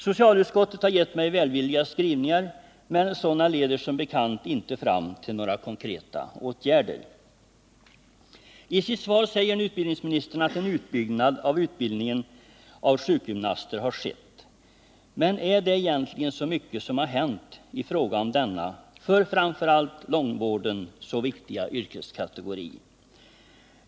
Socialutskottet har gett mig välvilliga skrivningar, men sådana leder som bekant inte fram till några konkreta åtgärder. I sitt svar säger nu utbildningsministern att en utbyggnad av utbildningen av sjukgymnaster har skett. Men är det egentligen så mycket som har hänt i fråga om denna för framför allt långvården så viktiga yrkeskategori?